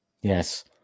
Yes